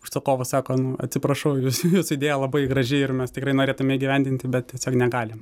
užsakovas sako nu atsiprašau jūsų jūsų idėja labai graži ir mes tikrai norėtume įgyvendinti bet tiesiog negalim